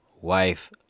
wife